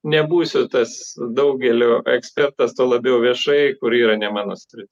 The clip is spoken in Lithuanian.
nebūsiu tas daugelio ekspertas tuo labiau viešai kur yra ne mano sri